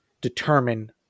determine